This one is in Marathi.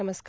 नमस्कार